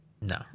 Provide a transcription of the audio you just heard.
No